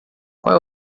qual